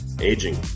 aging